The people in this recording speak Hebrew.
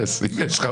הקואליציה.